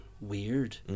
weird